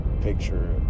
picture